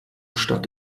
stadt